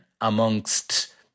amongst